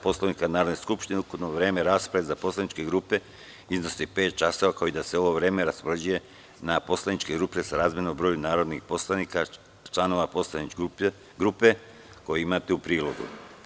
Poslovnika Narodne skupštine ukupno vreme rasprave za poslaničke grupe iznosi pet časova, kao i da se ovo vreme raspoređuje na poslaničke grupe srazmerno broju narodnih poslanika članova poslaničke grupe, koji imate u prilogu.